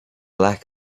lack